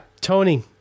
Tony